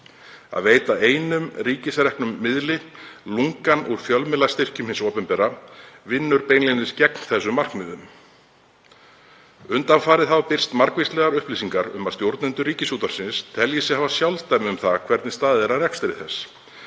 Að veita einum ríkisreknum miðli lungann úr fjölmiðlastyrkjum hins opinbera vinnur gegn þessum markmiðum. Undanfarið hafa birst margvíslegar upplýsingar um að stjórnendur Ríkisútvarpsins telji sig hafa sjálfdæmi um hvernig staðið er að rekstri þess.